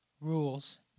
rules